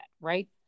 right